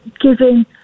giving